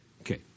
okay